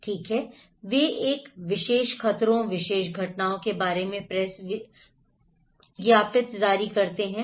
ठीक है वे एक विशेष खतरों विशेष घटनाओं के बारे में प्रेस विज्ञप्ति जारी करते हैं